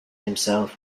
himself